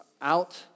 out